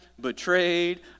betrayed